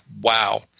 wow